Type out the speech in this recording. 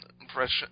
impression